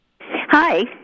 Hi